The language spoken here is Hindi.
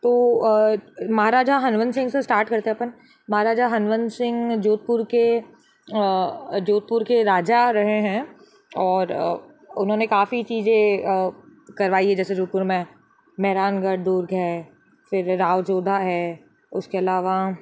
तो महाराजा हनवंत सिंह से स्टार्ट करते हैं अपन महाराजा हनवंत सिंह जोधपुर के जोधपुर के राजा रहे हैं और उन्होंने काफ़ी चीज़ें करवाई हैं जैसे जोधपुर में मेहरानगढ़ दुर्ग है फिर राव जोधा है उसके अलावा